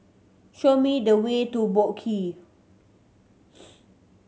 show me the way to Boat Quay